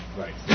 right